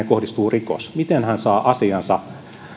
kohdistuu rikos miten hän saa asiansa